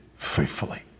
faithfully